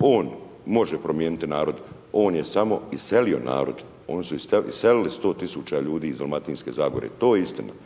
on može promijeniti narod. On je samo iselio narod. Oni su iselili 100 tisuća ljudi iz Dalmatinske zagore to je istina.